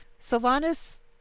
Sylvanas